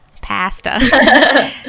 Pasta